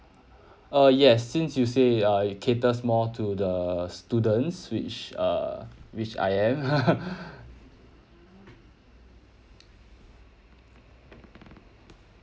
uh yes since you say it uh it caters more to the students which uh which I am